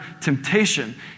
temptation